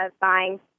buying